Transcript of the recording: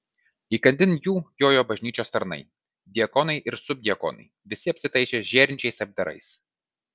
įkandin jų jojo bažnyčios tarnai diakonai ir subdiakonai visi apsitaisę žėrinčiais apdarais